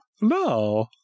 No